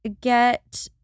get